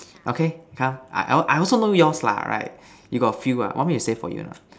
okay come I I I also know yours lah right you got a few ah want me to say for you or not